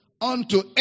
unto